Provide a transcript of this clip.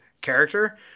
character